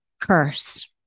curse